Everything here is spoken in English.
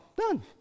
Done